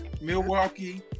Milwaukee